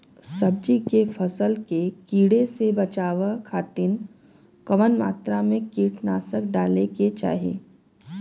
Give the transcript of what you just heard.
सब्जी के फसल के कियेसे बचाव खातिन कवन मात्रा में कीटनाशक डाले के चाही?